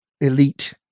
Elite